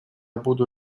буду